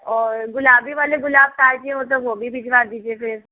और गुलाबी वाले गुलाब ताजे हो तो वो भी भिजवा दीजिए फिर